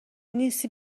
نیستی